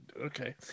Okay